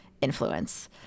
influence